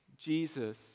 Jesus